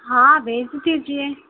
हाँ भेज दीजिए